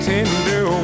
Tender